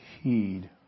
heed